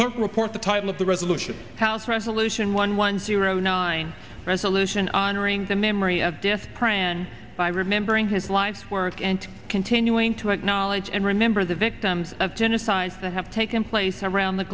court report the title of the resolution house resolution one one zero nine resolution honoring the memory of death pran by remembering his life's work and continuing to acknowledge and remember the victims of genocide that have taken place around the